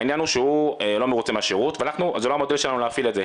העניין שהוא לא מרוצה מהשירות ואנחנו זה לא המודל שלנו להפעיל את זה,